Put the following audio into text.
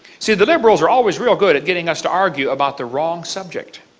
so the liberals are always real good at getting us to argue about the wrong subject.